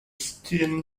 skin